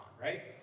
right